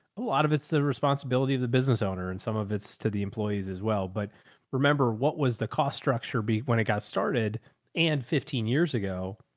a lot of it's the responsibility of the business owner and some of it's to the employees as well. but remember, what was the cost structure beat when it got started and fifteen years ago,